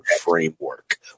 framework